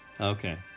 Okay